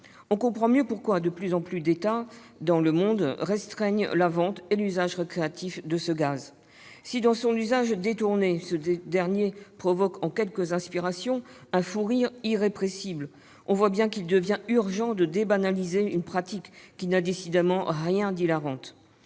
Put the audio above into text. On comprend mieux pourquoi de plus en plus d'États dans le monde restreignent la vente et l'usage récréatif de ce gaz. Si, dans son usage détourné, ce gaz provoque en quelques inspirations un fou rire irrépressible, on voit bien qu'il devient urgent de débanaliser une pratique, qui n'a décidément rien d'hilarante,